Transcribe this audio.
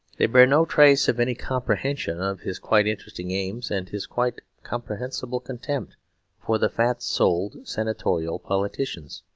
they bear no trace of any comprehension of his quite interesting aims, and his quite comprehensible contempt for the fat-souled senatorial politicians.